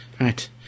Right